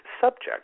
subject